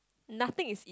nothing is